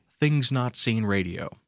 ThingsNotSeenRadio